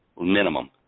minimum